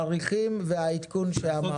התאריכים והעדכון שאמרנו.